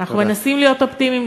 אנחנו מנסים להיות אופטימיים,